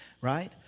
right